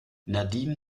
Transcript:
nadine